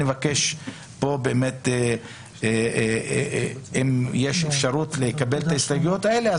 אני מבקש פה באמת אם יש אפשרות לקבל את ההסתייגויות האלה,